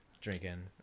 Drinking